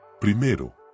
Primero